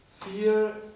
Fear